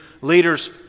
leaders